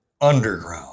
Underground